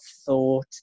thought